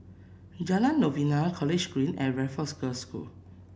Jalan Novena College Green and Raffles Girls' School